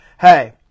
Hey